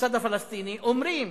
בצד הפלסטיני אומרים